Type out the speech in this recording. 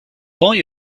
boy